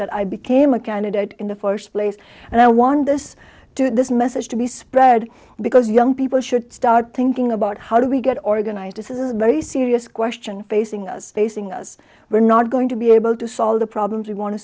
that i became a candidate in the first place and i want this to this message to be spread because young people should start thinking about how do we get organized this is a very serious question facing us facing us we're not going to be able to solve the problems we want to